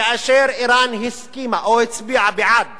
כאשר אירן הסכימה או הצביעה בעד